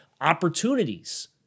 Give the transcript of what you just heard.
opportunities